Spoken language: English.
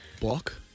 Block